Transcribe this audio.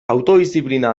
autodiziplina